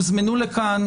הוזמנו לכאן